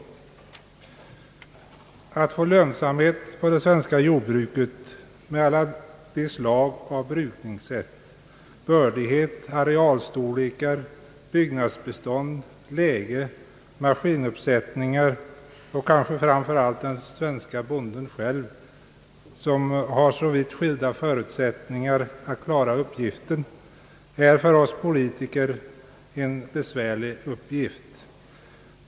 För oss politiker är det en besvärlig uppgift att nå lönsamhet i det svenska jordbruket med alla dess olika brukningsmetoder och skiftningar i fråga om bördighet, arealstorlek, byggnadsbestånd, läge, maskinuppsättningar, och kanske framför allt med den svenske bonden själv, som har så varierande förutsättningar att klara uppgiften.